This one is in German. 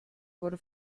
wurde